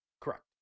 Correct